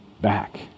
back